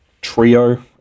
trio